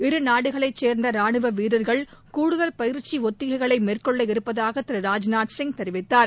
இரு நாடுகளைக் சேர்ந்த ரானுவ வீரர்கள் கூடுதல் பயிற்சி ஒத்திகைகளை மேற்கொள்ள இருப்பதாக திரு ராஜ்நாத்சிங் தெரிவித்தார்